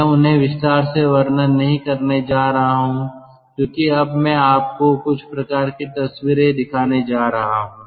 मैं उन्हें विस्तार से वर्णन नहीं करने जा रहा हूं क्योंकि अब मैं आपको कुछ प्रकार की तस्वीरें दिखाने जा रहा हूं